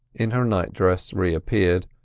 in her nightdress, reappeared,